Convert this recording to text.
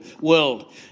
world